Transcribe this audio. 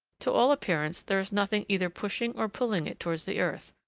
to all appearance, there is nothing either pushing or pulling it towards the earth,